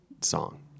song